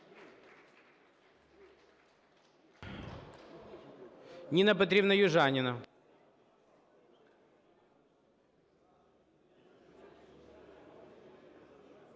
Ніна Петрівна Южаніна.